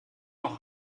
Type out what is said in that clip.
auch